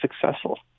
successful